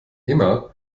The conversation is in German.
immer